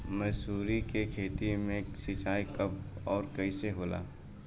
मसुरी के खेती में सिंचाई कब और कैसे होला?